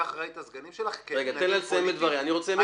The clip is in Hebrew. כאתננים פוליטיים?